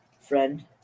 friend